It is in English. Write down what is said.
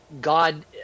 God